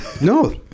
No